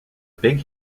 big